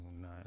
no